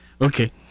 Okay